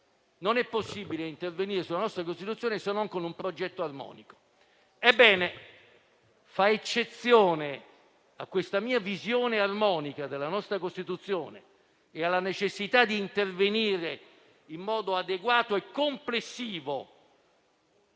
non è possibile invece intervenire su di essa, se non con un progetto armonico. C'è però un'eccezione alla mia visione armonica della nostra Costituzione e alla necessità di intervenire in modo adeguato e complessivo